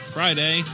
Friday